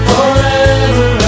Forever